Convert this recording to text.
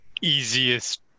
easiest